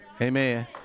Amen